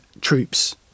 troops